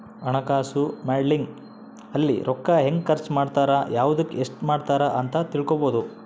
ಹಣಕಾಸು ಮಾಡೆಲಿಂಗ್ ಅಲ್ಲಿ ರೂಕ್ಕ ಹೆಂಗ ಖರ್ಚ ಮಾಡ್ತಾರ ಯವ್ದುಕ್ ಎಸ್ಟ ಮಾಡ್ತಾರ ಅಂತ ತಿಳ್ಕೊಬೊದು